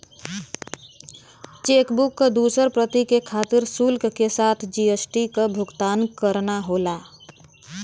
chequebook क दूसर प्रति के खातिर शुल्क के साथ जी.एस.टी क भुगतान करना होला